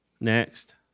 Next